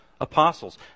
apostles